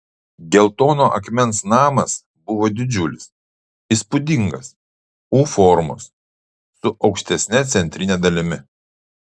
geltono akmens namas buvo didžiulis įspūdingas u formos su aukštesne centrine dalimi